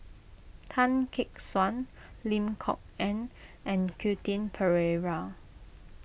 Tan Gek Suan Lim Kok Ann and Quentin Pereira